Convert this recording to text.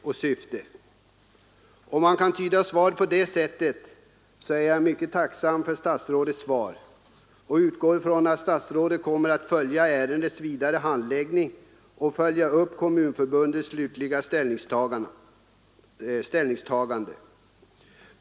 Om jag kan tyda statsrådets svar på det sättet, så är jag mycket tacksam för det och utgår ifrån att statsrådet kommer att uppmärksamma ärendets vidare handläggning och följa upp Kommunförbundets slutliga ställningstagande.